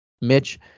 Mitch